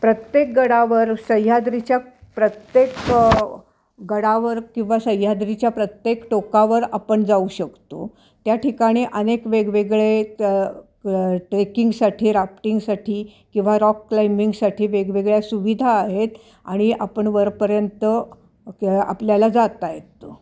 प्रत्येक गडावर सह्याद्रीच्या प्रत्येक गडावर किंवा सह्याद्रीच्या प्रत्येक टोकावर आपण जाऊ शकतो त्या ठिकाणी अनेक वेगवेगळे क ट्रेकिंगसाठी राफ्टिंगसाठी किंवा रॉक क्लाईम्बिंगसाठी वेगवेगळ्या सुविधा आहेत आणि आपण वरपर्यंत क आपल्याला जाता येतं